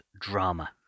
drama